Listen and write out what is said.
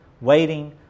Waiting